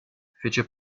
fece